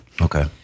Okay